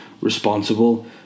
responsible